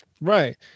Right